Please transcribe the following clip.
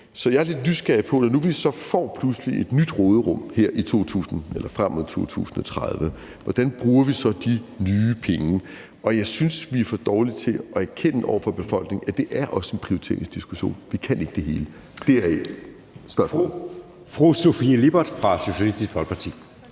Så jeg er lidt nysgerrig på, når nu vi pludselig får et nyt råderum frem mod 2030, hvordan vi så bruger de nye penge. Jeg synes, vi er for dårlige til at erkende over for befolkningen, at det også er en prioriteringsdiskussion. Vi kan ikke det hele. Deraf kom spørgsmålet.